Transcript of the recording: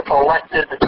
elected